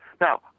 Now